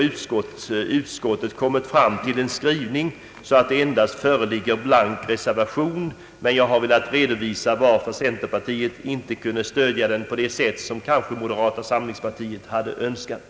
Utskottet har ju nu kommit fram till en skrivning som medfört att det endast föreligger en blank reservation till utrikesutskottets utlåtande nr 2, men jag har velat redovisa anledningen till att centerpartiet inte velat stödja motionen på det sätt som moderata samlingspartiet hade önskat.